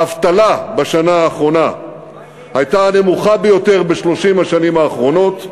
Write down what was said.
האבטלה בשנה האחרונה הייתה הנמוכה ביותר ב-30 השנים האחרונות.